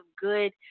good